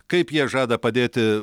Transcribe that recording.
kaip jie žada padėti